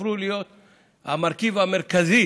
הפכו להיות המרכיב המרכזי